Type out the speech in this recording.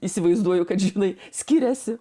įsivaizduoju kad žinai skiriasi